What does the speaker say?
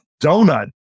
Donut